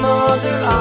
Mother